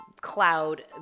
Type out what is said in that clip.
cloud